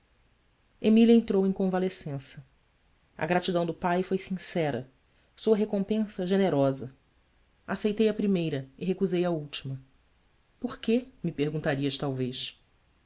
emília entrou em convalescença a gratidão do pai foi sincera sua recompensa generosa aceitei a primeira e recusei a última or quê me perguntarias talvez